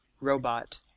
robot